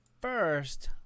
first